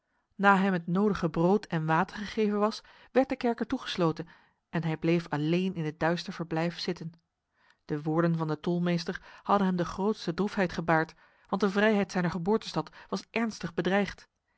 na hem het nodige brood en water gegeven was werd de kerker toegesloten en hij bleef alleen in het duister verblijf zitten de woorden van de tolmeester hadden hem de grootste droefheid gebaard want de vrijheid zijner geboortestad was ernstig bedreigd